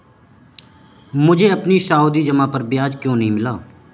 मुझे अपनी सावधि जमा पर ब्याज क्यो नहीं मिला?